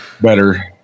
better